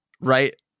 right